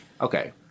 Okay